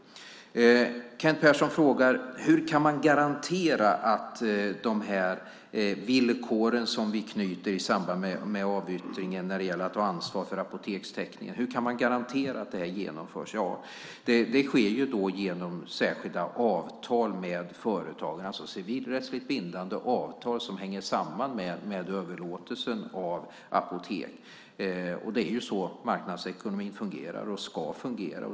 Kent Persson frågar hur man kan garantera att de villkor som vi ställer i samband med avyttringen när det gäller att ta ansvar för apotekstäckningen uppfylls. Det sker genom särskilda avtal med företagen, det vill säga civilrättsligt bindande avtal som hänger samman med överlåtelsen av apotek. Det är så marknadsekonomin fungerar och ska fungera.